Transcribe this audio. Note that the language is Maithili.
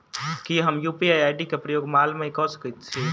की हम यु.पी.आई केँ प्रयोग माल मै कऽ सकैत छी?